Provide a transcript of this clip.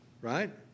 right